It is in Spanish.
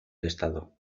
estado